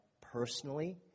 personally